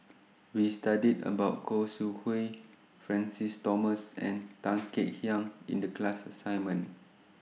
We studied about Khoo Sui Hoe Francis Thomas and Tan Kek Hiang in The class assignment